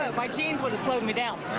my jeans wouldn't slow me down.